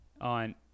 on